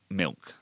milk